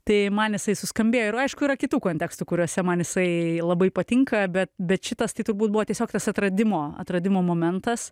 tai man jisai suskambėjo ir aišku yra kitų kontekstų kuriuose man jisai labai patinka bet bet šitas tai turbūt buvo tiesiog tas atradimo atradimo momentas